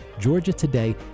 georgiatoday